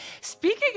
speaking